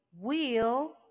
Wheel